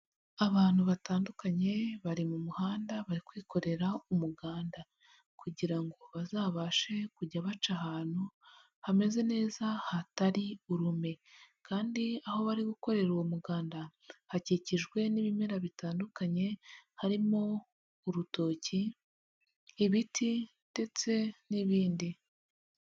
Abantu batandukanye bari mu muhanda bari kwikorera umuganda kugira bazabashe kujya baca ahantu hameze neza hatari urume, kandi aho bari gukorera uwo muganda hakikijwe n'ibimera bitandukanye harimo urutoki, ibiti, ndetse n'ibindi.